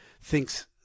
thinks